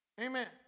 Amen